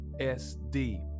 SD